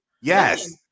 yes